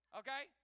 okay